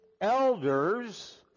elders